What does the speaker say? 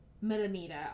millimeter